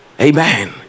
Amen